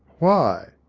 why?